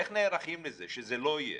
איך נערכים לזה שזה לא יהיה?